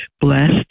blessed